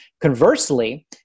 Conversely